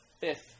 fifth